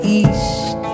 east